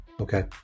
Okay